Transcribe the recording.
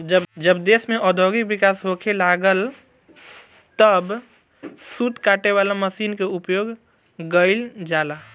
जब देश में औद्योगिक विकास होखे लागल तब सूत काटे वाला मशीन के उपयोग गईल जाला